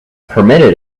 permitted